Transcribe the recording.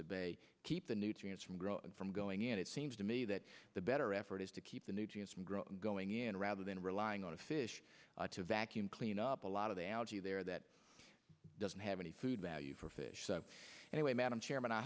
the keep the nutrients from grow from going in and it seems to me that the better effort is to keep the nutrients from growth going in rather than relying on a fish to vacuum clean up a lot of the algae there that doesn't have any food value for fish anyway madam chairman i